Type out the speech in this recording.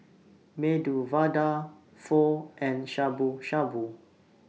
Medu Vada Pho and Shabu Shabu